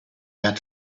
had